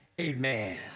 amen